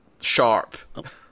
sharp